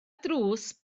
drws